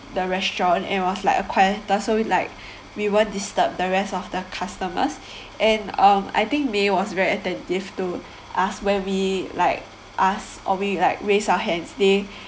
the restaurant and was like a quieter so we like we won't disturb the rest of the customers and um I think may was very attentive to us when we like ask or when we like raised our hands they